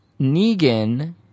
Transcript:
Negan